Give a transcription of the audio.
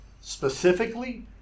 Specifically